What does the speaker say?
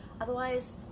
otherwise